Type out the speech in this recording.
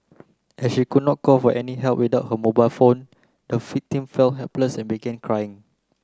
as she could not call for any help without her mobile phone the felt helpless and began crying